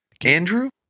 Andrew